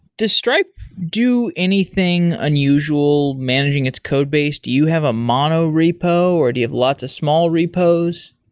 does stripe do anything unusual managing its code base? do you have a mono repo or do you have lots of small repos?